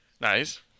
Nice